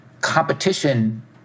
competition